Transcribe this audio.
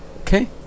okay